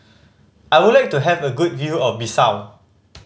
I would like to have a good view of Bissau